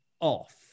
off